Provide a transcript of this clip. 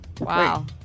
Wow